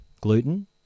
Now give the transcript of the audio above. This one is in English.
Gluten